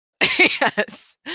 Yes